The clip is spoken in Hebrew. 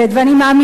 ואני מאמינה,